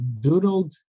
doodled